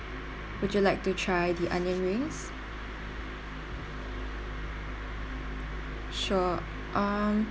would you like to try the onion rings sure um